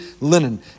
linen